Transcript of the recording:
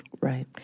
Right